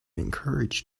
encouraged